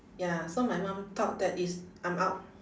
ya so my mum thought that is I'm out